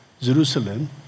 Jerusalem